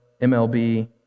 MLB